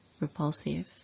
repulsive